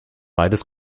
beides